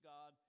God